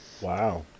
Wow